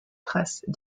traces